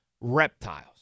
reptiles